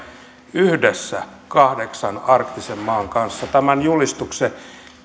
yhdessä kahdeksan arktisen maan kanssa tämän julistuksen